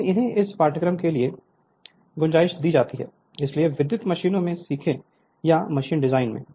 लेकिन इन्हें इस पाठ्यक्रम के लिए गुंजाइश दी जाती है लेकिन विद्युत मशीनों में सीखें या मशीन डिजाइन में